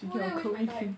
go there waste my time